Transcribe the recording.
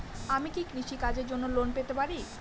আমি কি কৃষি কাজের জন্য লোন পেতে পারি?